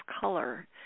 color